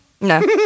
No